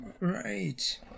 right